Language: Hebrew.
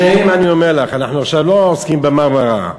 אנחנו לא עוסקים עכשיו ב"מרמרה".